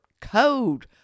code